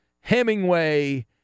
Hemingway